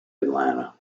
atlanta